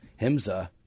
Himza